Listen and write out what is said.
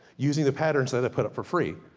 using the patterns that i put up for free,